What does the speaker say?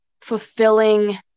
fulfilling